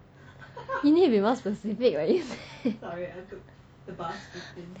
you need to be more specific what you say